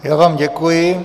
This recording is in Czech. Já vám děkuji.